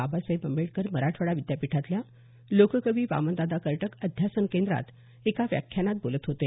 बाबासाहेब आंबेडकर मराठवाडा विद्यापीठातल्या लोककवी वामनदादा कर्डक अध्यासन केंद्रात एका व्याख्यानात बोलत होते